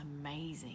amazing